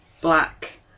black